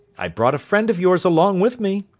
i brought a friend of yours along with me.